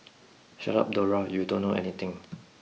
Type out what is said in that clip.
shut up Dora you don't know anything